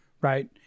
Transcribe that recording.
right